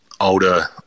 older